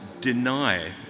deny